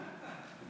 בטח.